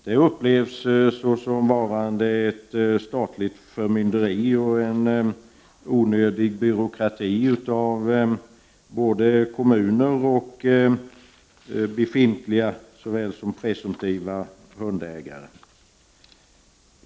Det upplevs både av kommuner och av såväl befintliga som presumtiva hundägare som ett statligt förmynderi och en onödig byråkrati.